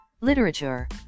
literature